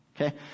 Okay